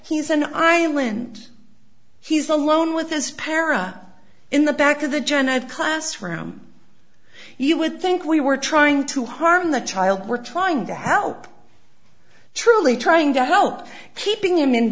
he's an island he's alone with this para in the back of the general classroom you would think we were trying to harm the child we're trying to help truly trying to help keeping him in